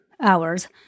hours